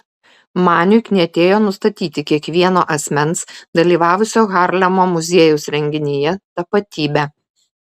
maniui knietėjo nustatyti kiekvieno asmens dalyvavusio harlemo muziejaus renginyje tapatybę